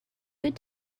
good